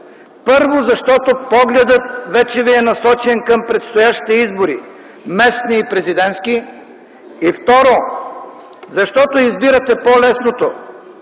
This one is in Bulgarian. първо, защото погледът вече ви е насочен към предстоящите избори – местни и президентски. Второ, защото избирате по-лесното